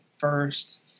First